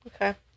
Okay